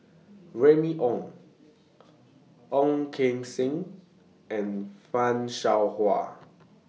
Remy Ong Ong Keng Sen and fan Shao Hua